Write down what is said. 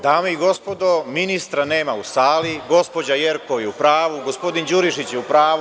Dame i gospodo, ministra nema u sali, gospođa Jerkov je u pravu, gospodin Đurišić je u pravu…